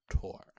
tour